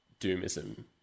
doomism